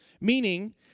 Meaning